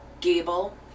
Gable